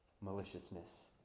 maliciousness